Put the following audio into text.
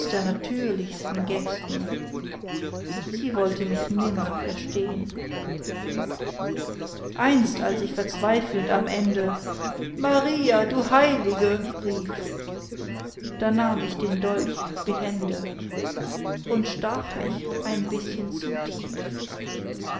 der natürlichsten gesten sie wollte mich nimmer verstehn einst als ich verzweifelnd am ende maria du heilige rief da nahm ich den dolch behende und stach mich in bißchen zu tief